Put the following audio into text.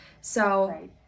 So-